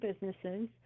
businesses